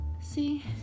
see